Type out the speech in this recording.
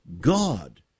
God